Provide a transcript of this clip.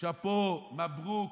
שאפו, מברוכ,